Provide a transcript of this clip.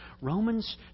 Romans